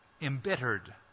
embittered